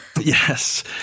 Yes